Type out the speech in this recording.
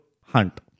Hunt